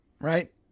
Right